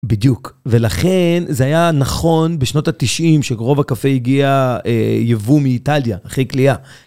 בדיוק ולכן זה היה נכון בשנות התשעים שרוב הקפה הגיע יבוא מאיטליה אחרי קלייה.